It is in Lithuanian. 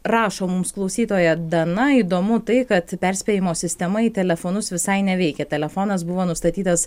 rašo mums klausytoja dana įdomu tai kad perspėjimo sistema į telefonus visai neveikia telefonas buvo nustatytas